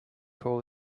call